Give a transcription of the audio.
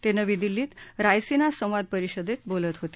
ते नवी दिल्लीत रायसिना संवाद परिषदेत बोलत होते